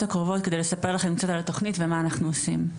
הקרובות על מנת לספר לכם קצת על התוכנית ועל מה שאנחנו עושים.